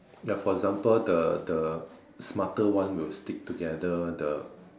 yup for example the the smarter one will stick together the